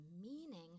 meaning